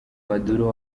maduro